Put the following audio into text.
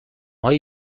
هایی